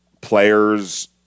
players